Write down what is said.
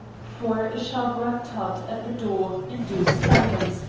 for a sharp rat-tat at the door induced silence,